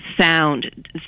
sound